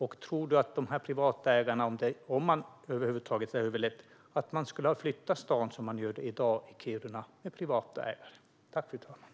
Och tror du att de privata ägarna, om gruvan över huvud taget hade överlevt, skulle ha flyttat staden Kiruna, som man gör i dag?